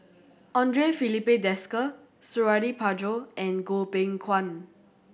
Andre Filipe Desker Suradi Parjo and Goh Beng Kwan